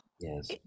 Yes